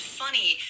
funny